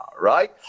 right